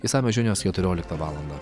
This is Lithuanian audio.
išsamios žinios keturioliktą valandą